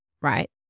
right